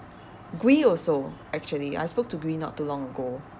gwee also actually I spoke to gwee not too long ago